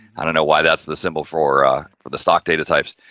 i don't know, why that's the symbol for ah for the stock data types,